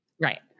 Right